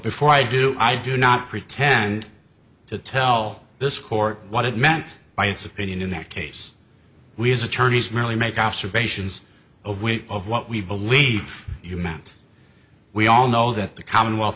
before i do i do not pretend to tell this court what it meant by its opinion in that case we as attorneys merely make observations of which of what we believe you meant we all know that the commonwealth